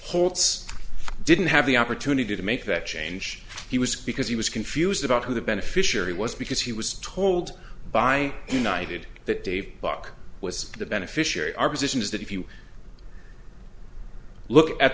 holtz didn't have the opportunity to make that change he was because he was confused about who the beneficiary was because he was told by united that dave buck was the beneficiary our position is that if you look at